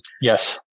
Yes